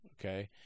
Okay